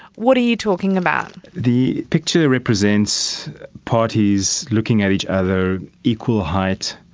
what are you talking about? the picture represents parties looking at each other, equal height,